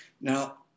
Now